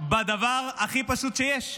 בדבר הכי פשוט שיש,